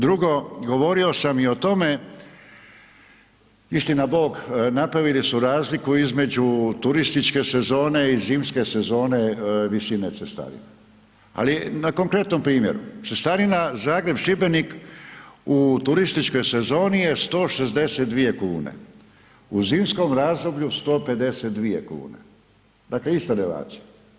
Drugo, govorio sam i o tome, istinabog, napravili su razliku između turističke sezone i zimske sezone visine cestarina, ali na konkretnom primjeru, cestarina Zagreb-Šibenik u turističkoj sezoni je 162 kn, u zimskom razdoblju 152 kn, dakle ista relacija.